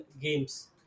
games